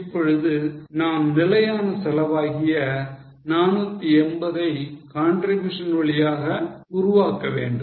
இப்பொழுது நாம் நிலையான செலவாகிய 480 ஐ contribution வழியாக உருவாக்க வேண்டும்